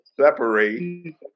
separate